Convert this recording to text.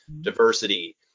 diversity